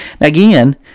Again